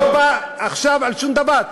לא בא עכשיו על שום דבר,